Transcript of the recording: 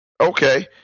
Okay